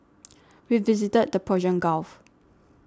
we visited the Persian Gulf